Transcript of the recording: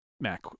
Mac